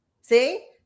See